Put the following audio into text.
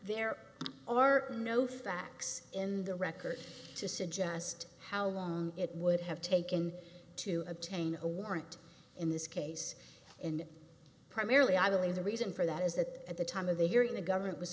there are no facts in the record to suggest how long it would have taken to obtain a warrant in this case and primarily i believe the reason for that is that at the time of the hearing the government was